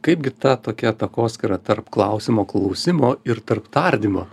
kaipgi ta tokia takoskyra tarp klausimo klausimo ir tarp tardymo